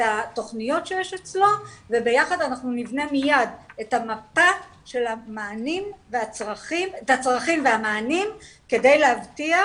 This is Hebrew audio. התכניות שיש אצלו וביחד נבנה מיד את המפה של הצרכים והמענים כדי להבטיח